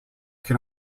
can